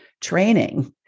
training